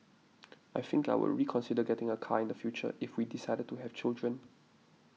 I think I would reconsider getting a car in the future if we decided to have children